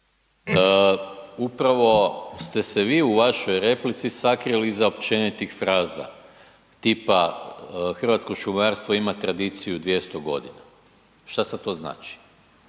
Upravo ste se vi u vašoj replici sakrili iza općenitih fraza tipa hrvatsko šumarstvo ima tradiciju 200 g., šta sad to znači?